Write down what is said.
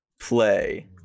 play